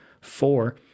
four